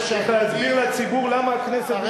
צריך להסביר לציבור למה הכנסת מתפזרת.